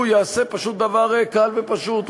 הוא יעשה דבר קל ופשוט,